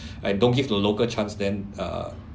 I don't give the local chance then uh